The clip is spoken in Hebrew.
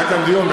היה כאן דיון,